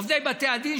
עובדי בתי הדין,